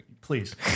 please